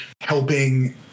helping